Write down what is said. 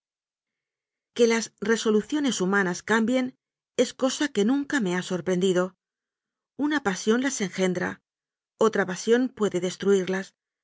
que las resoluciones humanas cambien es cosa que nunca me ha sorprendido una pasión las en gendra otra pasión puede destruirlas